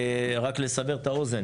רק לסבר את האוזן,